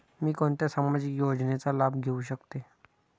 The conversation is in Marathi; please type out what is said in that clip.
मी कोणत्या सामाजिक योजनेचा लाभ घेऊ शकते?